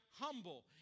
humble